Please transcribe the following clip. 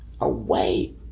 away